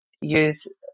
use